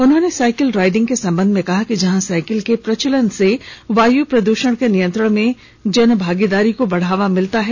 उन्होंने cycle riding के संबंध में कहा कि जहां साइकिल के प्रचलन से वायु प्रदूषण के नियंत्रण में जन भागीदारी को बढ़ावा मिलता है